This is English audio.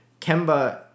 Kemba